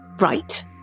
Right